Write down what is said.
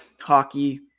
hockey